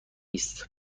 است